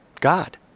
God